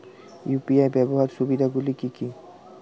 UPI ব্যাবহার সুবিধাগুলি কি কি?